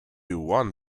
one